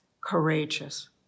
courageous